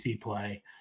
play